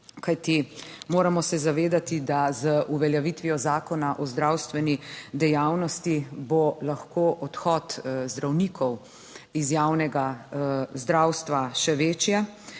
Kajti moramo se zavedati, da z uveljavitvijo Zakona o zdravstveni dejavnosti bo lahko odhod zdravnikov iz javnega zdravstva še večje.